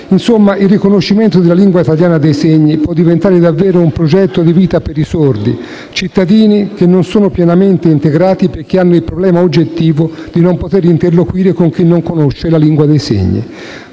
Insomma: il riconoscimento della lingua italiana dei segni può diventare davvero un progetto di vita per i sordi, cittadini che non sono pienamente integrati perché hanno il problema oggettivo di non poter interloquire con chi non conosce la lingua dei segni.